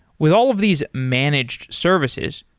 with all of these managed services,